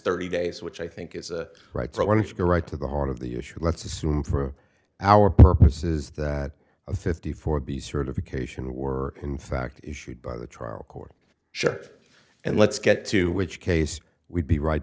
thirty days which i think is right so i want to go right to the heart of the issue let's assume for our purposes that a fifty four b certification or in fact issued by the trial court ship and let's get to which case we'd be right